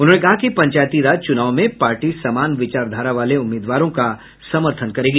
उन्होंने कहा कि पंचायती राज चुनाव में पार्टी समान विचारधारा वाले उम्मीदवारों का समर्थन करेगी